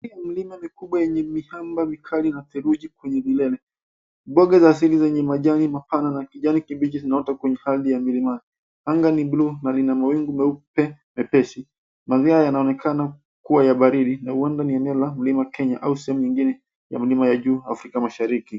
Hii ni milima mikubwa yenye miamba mkali na theluji kwenye vilele. Mboga za asili zenye majani mapana na kijani kibichi zinaota kwenye baadhi ya milima. Anga ni bluu na Lina mawingu meupe mepesi. Majira yanaonekana kuwa ya baridi na huenda ni eneo la mlima Kenya au sehemu nyingine ya milima ya juu African mashariki.